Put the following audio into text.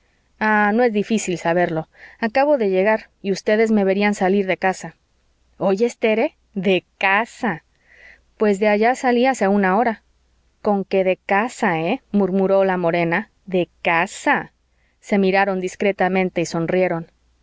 ah no es difícil saberlo acabo de llegar y ustedes me verían salir de casa oyes tere de casa pues de allá salí hace una hora conque de casa eh murmuró la morena de casa se miraron discretamente y sonrieron